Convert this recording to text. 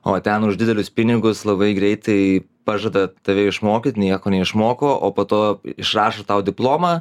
o ten už didelius pinigus labai greitai pažada tave išmokyt nieko neišmoko o po to išrašo tau diplomą